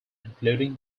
including